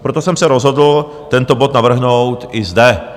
Proto jsem se rozhodl tento bod navrhnout i zde.